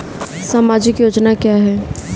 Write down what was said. सामाजिक योजना क्या है?